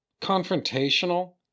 confrontational